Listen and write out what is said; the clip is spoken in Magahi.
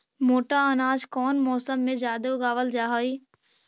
मोटा अनाज कौन मौसम में जादे उगावल जा हई?